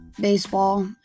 baseball